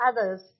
others